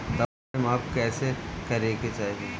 दवाई माप कैसे करेके चाही?